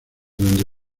donde